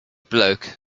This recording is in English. bloke